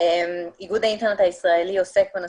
כדי שיהיה תיאום ציפיות,